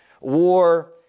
war